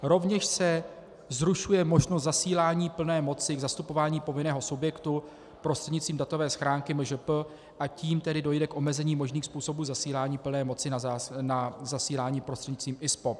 Rovněž se zrušuje možnost zasílání plné moci k zastupování povinného subjektu prostřednictvím datové schránky MŽP, a tím tedy dojde k omezení možných způsobů zasílání plné moci na zasílání prostřednictvím ISPOP.